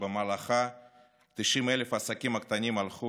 שבמהלכה 90,000 עסקים קטנים הלכו,